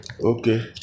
okay